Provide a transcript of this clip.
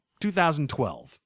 2012